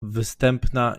występna